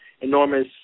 enormous